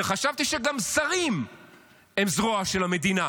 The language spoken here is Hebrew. וחשבתי שגם שרים הם זרוע של המדינה.